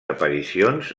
aparicions